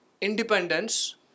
independence